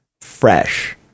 fresh